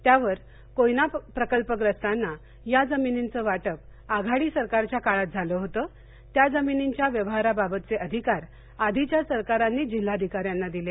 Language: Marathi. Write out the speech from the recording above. त्यावर कोयना प्रकल्पग्रस्ताना या जमिनींचं वाटप आघाडी सरकारच्या काळात म्मालं होतं त्या जमिनींच्या व्यवहाराबाबतचे अधिकार आधीच्या सरकारांनीच जिल्हाधिकाऱ्यांना दिले